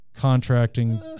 contracting